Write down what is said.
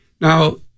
Now